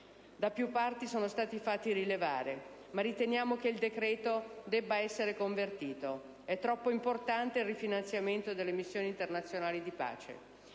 Da più parti sono stati fatti rilevare, ma riteniamo che il decreto-legge debba comunque essere convertito. È troppo importante il rifinanziamento delle missioni internazionali di pace.